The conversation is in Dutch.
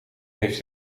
heeft